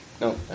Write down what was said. no